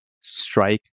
strike